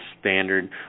standard